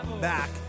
back